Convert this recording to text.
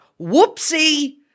whoopsie